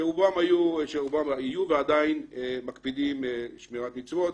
שרובם היו ועדיין מקפידים על שמירת מצוות,